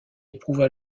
éprouva